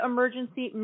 Emergency